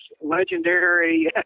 legendary